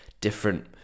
different